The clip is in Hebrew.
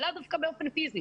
ולאו דווקא באופן פיזי.